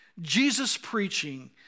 Jesus-preaching